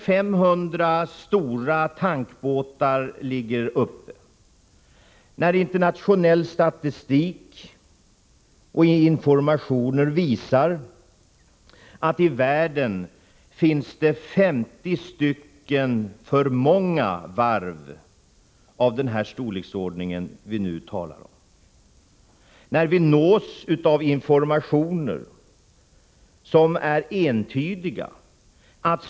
500 stora tankbåtar ligger oanvända, och internationell statistik och internationella informationer visar att antalet varv av den storleksordning som vi nu talar om är 50 för många. Informationen som vi nås av är entydig.